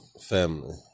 family